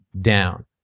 down